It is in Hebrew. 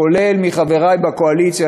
כולל חברי בקואליציה,